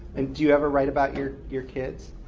and do you ever write about your your kids?